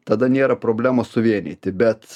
tada nėra problemos suvienyti bet